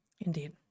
indeed